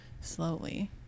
slowly